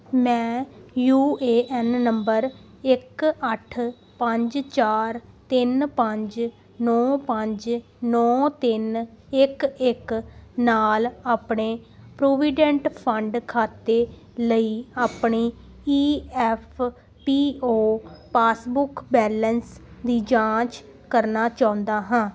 ਮੈਂ U A N ਨੰਬਰ ਇੱਕ ਅੱਠ ਪੰਜ ਚਾਰ ਤਿੰਨ ਪੰਜ ਨੌਂ ਪੰਜ ਨੌਂ ਤਿੰਨ ਇੱਕ ਇੱਕ ਨਾਲ ਆਪਣੇ ਪ੍ਰੋਵੀਡੈਂਟ ਫੰਡ ਖਾਤੇ ਲਈ ਆਪਣੀ E F P O passbook balance ਦੀ ਜਾਂਚ ਕਰਨਾ ਚਾਹੁੰਦਾ ਹਾਂ